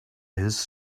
his